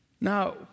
Now